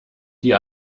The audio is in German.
die